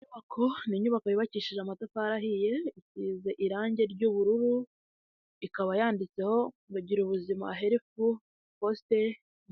Inyubako ni inyubako yubakishije amatafari ahiye isize irangi ry'ubururu, ikaba yanditseho ngo gira ubuzima herifu posite